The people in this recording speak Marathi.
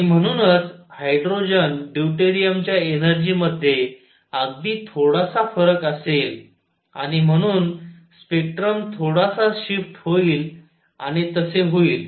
आणि म्हणूनच हायड्रोजन ड्यूटेरियमच्या एनर्जीमध्ये अगदी थोडासा फरक असेल आणि म्हणून स्पेक्ट्रम थोडासा शिफ्ट होईल आणि तसे होईल